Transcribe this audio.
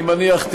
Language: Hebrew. אני מניח,